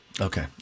Okay